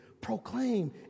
Proclaim